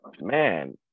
man